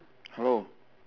hello